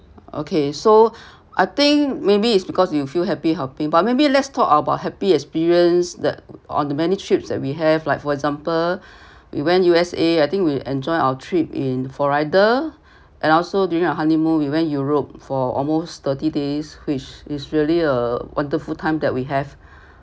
okay so I think maybe it's because you feel happy helping but maybe let's talk about happy experience that on the many trips that we have like for example we went U_S_A I think we enjoy our trip in florida and also during our honeymoon we went europe for almost thirty days which is really a wonderful time that we have